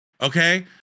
okay